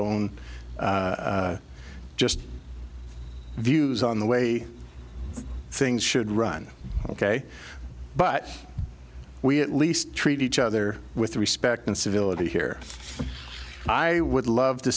own just views on the way things should run ok but we at least treat each other with respect and civility here i would love to